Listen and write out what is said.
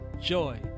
Joy